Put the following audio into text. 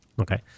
okay